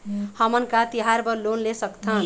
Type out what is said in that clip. हमन का तिहार बर लोन ले सकथन?